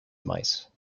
mice